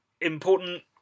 important